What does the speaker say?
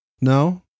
No